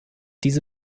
diese